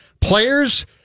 Players